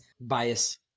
bias